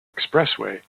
expressway